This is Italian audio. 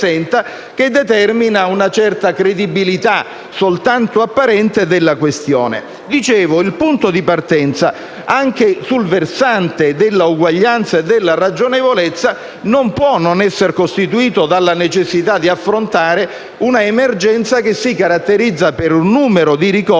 a determinare una certa credibilità, soltanto apparente, della questione. Il punto di partenza, anche sul versante dell'uguaglianza e della ragionevolezza, non può non essere costituito dalla necessità di affrontare un'emergenza che si caratterizza per un numero di ricorsi